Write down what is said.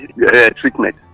treatment